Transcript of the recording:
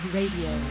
Radio